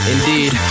Indeed